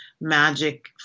magic